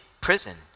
prison